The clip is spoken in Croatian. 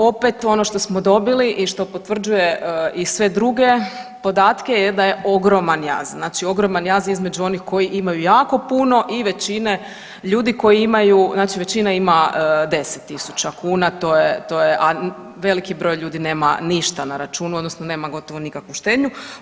Opet ono što smo dobili i što potvrđuje i sve druge podatke da je ogroman jaz, znači ogroman jaz između onih koji imaju jako puno i većine ljudi koji imaju, znači većina ima 10.000 kuna, to je, to je, a veliki broj ljudi nema ništa na računu odnosno nema gotovo nikakvu štednju.